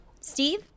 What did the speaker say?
Steve